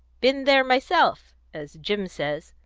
been there myself as jim says.